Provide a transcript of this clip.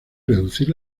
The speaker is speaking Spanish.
reducir